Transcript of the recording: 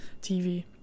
TV